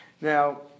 Now